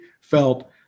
felt